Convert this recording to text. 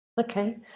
Okay